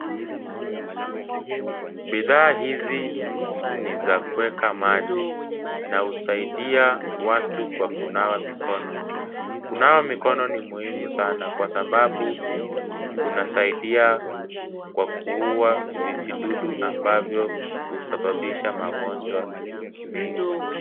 Bidhaa hizi ni za kuweka maji na husaidia watu kwa kunawa mikono . Kunawa mikono ni muhimu sana kwa sababu kunasaidia kwa kuua vijidudu ambavyo husababisha magonjwa mengi.